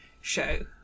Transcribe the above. show